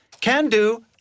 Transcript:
Can-do